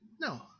No